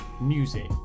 music